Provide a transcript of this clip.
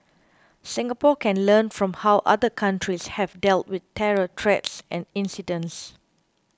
Singapore can learn from how other countries have dealt with terror threats and incidents